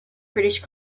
british